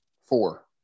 Four